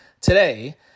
today